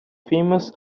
famous